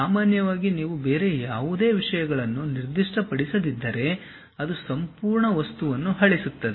ಸಾಮಾನ್ಯವಾಗಿ ನೀವು ಬೇರೆ ಯಾವುದೇ ವಿಷಯಗಳನ್ನು ನಿರ್ದಿಷ್ಟಪಡಿಸದಿದ್ದರೆ ಅದು ಸಂಪೂರ್ಣ ವಸ್ತುವನ್ನು ಅಳಿಸುತ್ತದೆ